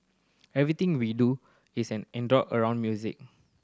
everything we do is anchored around music